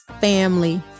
family